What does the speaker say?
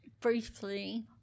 briefly